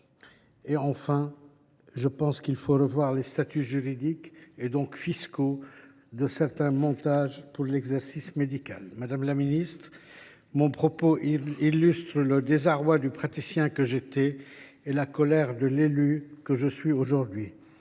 Enfin, je pense qu’il faut revoir les statuts juridiques, donc fiscaux, de certains montages liés à l’exercice médical. Madame la ministre, mon propos illustre le désarroi du praticien que j’étais et la colère de l’élu que je suis devenu.